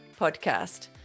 podcast